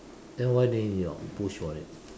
then why didn't you push for it